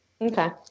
Okay